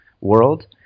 world